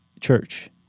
church